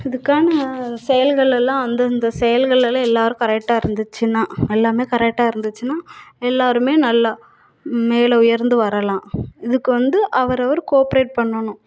இதுக்கான செயல்கள் எல்லாம் வந்து இந்த செயல்கள் எல்லா எல்லோரும் கரெக்டாக இருந்துச்சின்னால் எல்லாமே கரெக்டாக இருந்துச்சின்னால் எல்லோருமே நல்லா மேலே உயர்ந்து வரலாம் இதுக்கு வந்து அவரவர் கோப்ரேட் பண்ணணும்